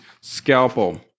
scalpel